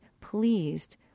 pleased